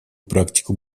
практику